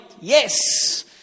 yes